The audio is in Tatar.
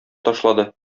ташлады